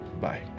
Bye